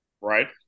Right